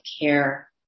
care